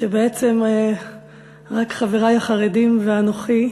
כשבעצם רק חברי החרדים ואנוכי,